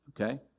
okay